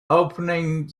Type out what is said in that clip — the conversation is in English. opening